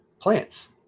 plants